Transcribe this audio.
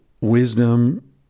wisdom